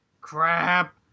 Crap